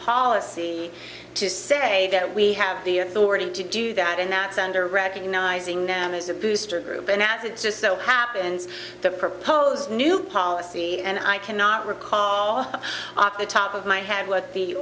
policy to say that we have the authority to do that and that's under recognizing them as a booster group announce it just so happens the proposed new policy and i cannot recall off the top of my head what the